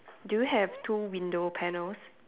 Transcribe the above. do you have two window panels